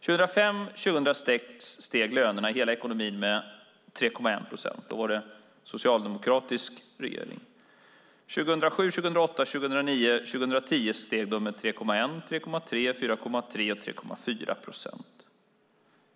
År 2005 och 2006 steg lönerna i hela ekonomin med 3,1 procent. Då var det socialdemokratisk regering. År 2007, 2008, 2009 och 2010 steg de med 3,1, 3,3, 4,3 respektive 3,4 procent.